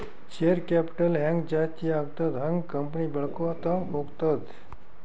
share capital ಹ್ಯಾಂಗ್ ಜಾಸ್ತಿ ಆಗ್ತದ ಹಂಗ್ ಕಂಪನಿ ಬೆಳ್ಕೋತ ಹೋಗ್ತದ